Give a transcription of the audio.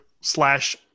slash